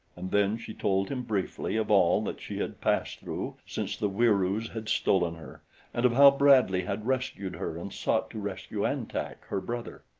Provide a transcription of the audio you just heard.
and then she told him briefly of all that she had passed through since the wieroos had stolen her and of how bradley had rescued her and sought to rescue an-tak, her brother.